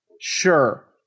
Sure